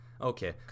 Okay